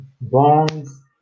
Bonds